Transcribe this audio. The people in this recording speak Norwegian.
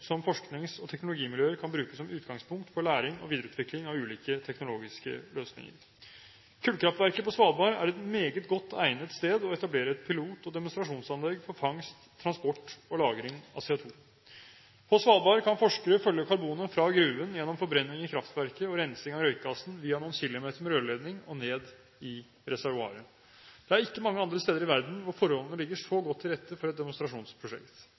som forsknings- og teknologimiljøer kan bruke som utgangspunkt for læring og videreutvikling av ulike teknologiske løsninger. Kullkraftverket på Svalbard er et meget godt egnet sted å etablere et pilot- og demonstrasjonsanlegg for fangst, transport og lagring av CO2. På Svalbard kan forskere følge karbonet fra gruven gjennom forbrenning i kraftverket og rensing av røykgassen via noen kilometer med rørledning og ned i reservoaret. Det er ikke mange andre steder i verden forholdene ligger så godt til rette for et demonstrasjonsprosjekt.